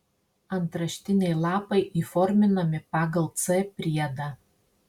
antraštiniai lapai įforminami pagal c priedą